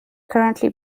currently